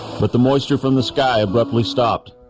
but the moisture from the sky abruptly stopped